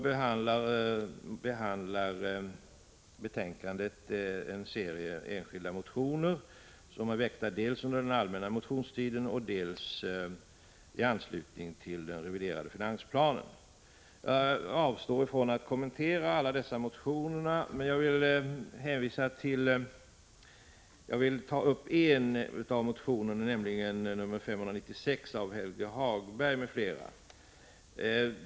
Betänkandet behandlar också en serie enskilda motioner, som är väckta dels under den allmänna motionstiden, dels i anslutning till den reviderade finansplanen. Jag avstår från att kommentera alla dessa motioner, men vill ta upp en av dem, nämligen 596 av Helge Hagberg m.fl.